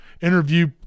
interview